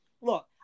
look